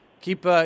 keep